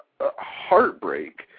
heartbreak